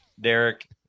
Derek